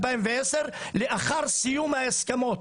2010 לאחר סיום ההסכמות.